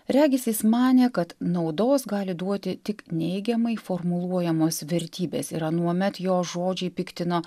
regis jis manė kad naudos gali duoti tik neigiamai formuluojamos vertybės ir anuomet jo žodžiai piktino